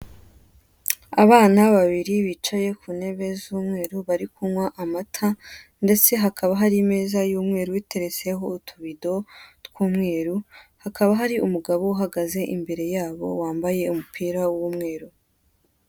Abana babiri bicaye ku ntebe z'umweru, bari kunywa amata ndetse hakaba hari imeza y'umweru iteretseho utubido tw'umweru, hakaba hari umugabo uhagaze imbere yabo wambaye umupira w'umweru.